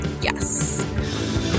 Yes